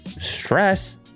stress